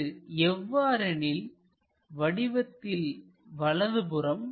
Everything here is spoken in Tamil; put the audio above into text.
இது எவ்வாறெனில் வடிவத்தில் வலப்புறம்